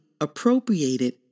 appropriated